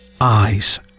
Eyes